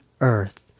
earth